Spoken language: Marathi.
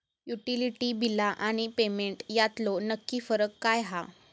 युटिलिटी बिला आणि पेमेंट यातलो नक्की फरक काय हा?